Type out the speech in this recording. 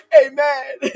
amen